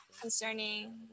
concerning